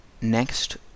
next